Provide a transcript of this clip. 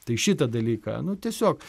tai šitą dalyką nu tiesiog